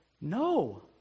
No